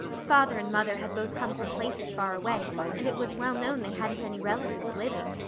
father and mother had both come from places far away and it was well known they hadn't any relatives living.